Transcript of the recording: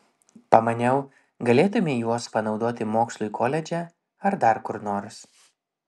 pamaniau galėtumei juos panaudoti mokslui koledže ar dar kur nors